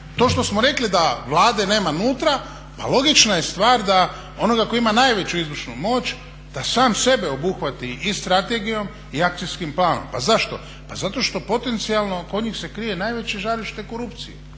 To što smo rekli da Vlade nema unutra, pa logična je stvar da onoga tko ima najveću izvršnu moć da sam sebe obuhvati i strategijom i akcijskim planom. Pa zašto? Pa zato što potencijalno kod njih se krije najveće žarište korupcije